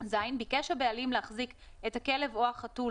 (ז)ביקש הבעלים להחזיק את הכלב או החתול